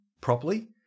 properly